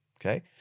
Okay